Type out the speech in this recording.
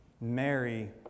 Mary